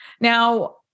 Now